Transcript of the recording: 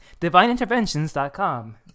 divineinterventions.com